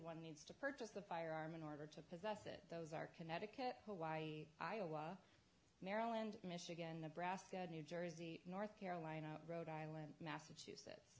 and needs to purchase the firearm in order to possess it those are connecticut hawaii iowa maryland michigan the brask new jersey north carolina rhode island massachusetts